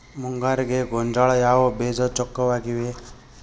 ಮುಂಗಾರಿಗೆ ಗೋಂಜಾಳ ಯಾವ ಬೇಜ ಚೊಕ್ಕವಾಗಿವೆ?